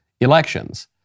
elections